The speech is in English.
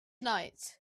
night